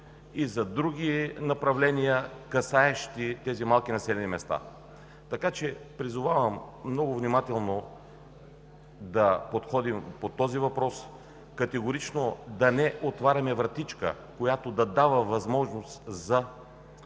и за други направления, касаещи малките населени места, така че призовавам много внимателно да подходим по този въпрос. Категорично да не отваряме вратичка, която да води до намаляване на възможностите